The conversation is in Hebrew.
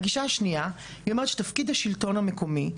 הגישה השנייה אומרת שתפקיד השלטון המקומי,